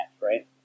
right